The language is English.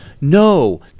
no